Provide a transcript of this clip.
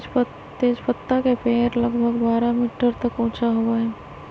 तेजपत्ता के पेड़ लगभग बारह मीटर तक ऊंचा होबा हई